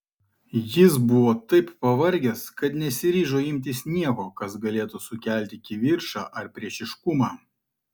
jis buvo taip pavargęs kad nesiryžo imtis nieko kas galėtų sukelti kivirčą ar priešiškumą